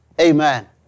Amen